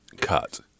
cut